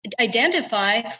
identify